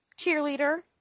cheerleader